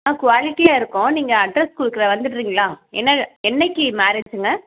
ஆ குவாலிட்டியாக இருக்கும் நீங்கள் அட்ரஸ் கொடுக்றேன் வந்துட்றிங்களா என்ன என்னைக்கு மேரேஜுங்க